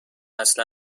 اصلا